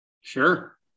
Sure